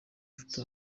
ufite